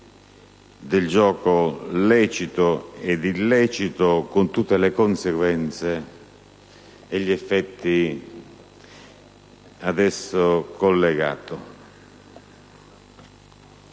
del gioco lecito ed illecito, con tutte le conseguenze e gli effetti ad esso collegati.